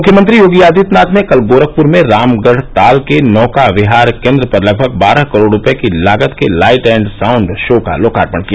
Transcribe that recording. मुख्यमंत्री योगी आदित्यनाथ ने कल गोरखपुर में रामगढ़ताल के नौका विहार केन्द्र पर लगभग बारह करोड़ रूपये की लागत के लाइट एण्ड साउन्ड शो का लोकार्पण किया